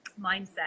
mindset